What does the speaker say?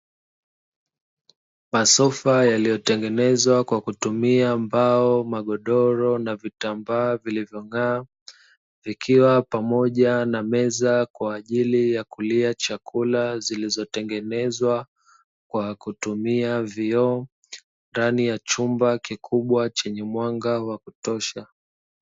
Masofa yaliyotengenezwa kwa kutumia mbao, magodoro, na vitambaa vilivyong'aa, vikiwa pamoja na meza kwa ajili ya kulia chakula, zilizotengenezwa kwa kutumia vioo. Ndani ya chumba kikubwa chenye mwanga wa kutosha.